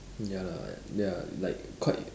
ya lah ya like quite